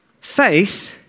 faith